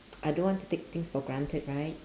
I don't want to take things for granted right